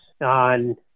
on